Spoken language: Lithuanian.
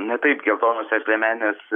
na taip geltonosios liemenės